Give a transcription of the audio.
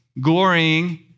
glorying